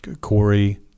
Corey